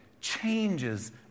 changes